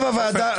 עופר, תודה.